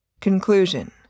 Conclusion